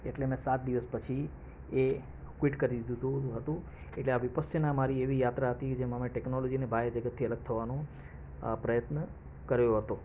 એટલે મેં સાત દિવસ પછી એ ક્વીટ કરી દીધું હતું હતું એટલે વિપસ્યના મારી એવી યાત્રા હતી જેમાં મે ટેક્નોલોજી બાહ્યથી અલગ થવાનું પ્રયત્ન કર્યો હતો